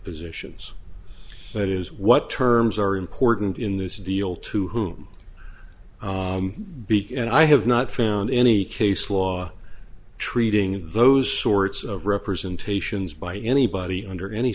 positions that is what terms are important in this deal to whom beat and i have not found any case law treating those sorts of representations by anybody under any